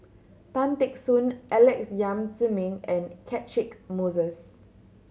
Tan Teck Soon Alex Yam Ziming and Catchick Moses